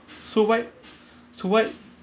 right so why so what